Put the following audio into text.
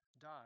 died